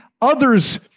others